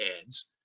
ads